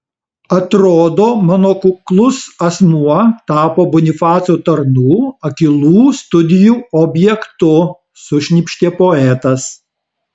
atrodo mano kuklus asmuo tapo bonifaco tarnų akylų studijų objektu sušnypštė poetas